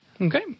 Okay